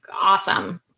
awesome